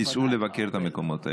תיסעו לבקר במקומות האלה.